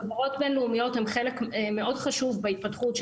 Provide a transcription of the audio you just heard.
חברות בין לאומיות הן חלק מאוד חשוב בהתפתחות,